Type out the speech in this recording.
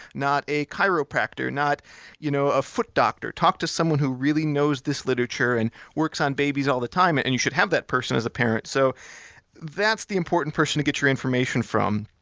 not a chiropractor, not you know a foot doctor. talk to someone who really knows this literature and works on babies all the time, and and should have that person as a parent. so that's the important person to get your information from,